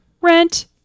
rent